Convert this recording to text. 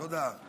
תודה רבה.